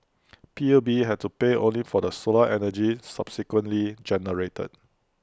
P U B had to pay only for the solar energy subsequently generated